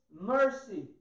mercy